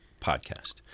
podcast